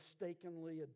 mistakenly